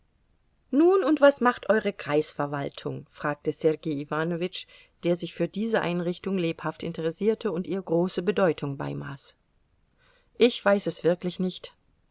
nun und was macht euere kreisverwaltung fragte sergei iwanowitsch der sich für diese einrichtung lebhaft interessierte und ihr große bedeutung beimaß ich weiß es wirklich nicht